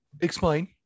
Explain